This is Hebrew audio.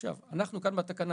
כאן בתקנה,